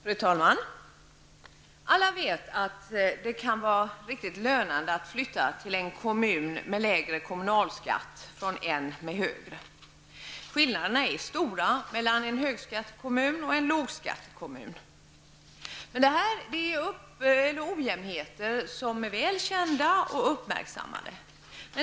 Fru talman! Alla vet att det kan vara riktigt lönande att flytta från en kommun med hög kommunalskatt till en med lägre. Skillnaderna mellan en högskatte och en lågskattekommun är stora. Det är fråga om ojämnheter som är uppmärksammade och väl kända.